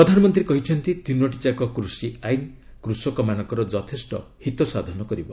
ପ୍ରଧାନମନ୍ତ୍ରୀ କହିଛନ୍ତି ତିନୋଟିଯାକ କୃଷି ଆଇନ କୃଷକମାନଙ୍କର ଯଥେଷ୍ଟ ହିତ ସାଧନ କରିବ